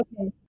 Okay